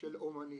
של אומנים,